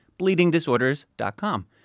bleedingdisorders.com